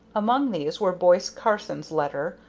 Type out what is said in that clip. among these were boise carson's letter,